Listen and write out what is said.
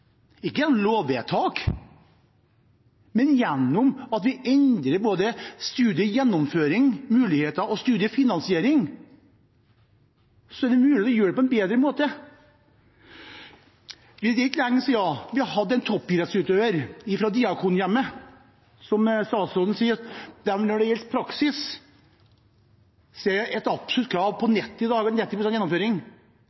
ikke gjennom lovvedtak, men gjennom at vi endrer både studiegjennomføringsmulighetene og studiefinansiering. Det er mulig å gjøre dette på en bedre måte. Det er ikke lenge siden vi hadde en toppidrettsutøver fra Diakonhjemmet – som statsråden sier, har de, når det gjelder praksis, et absolutt krav på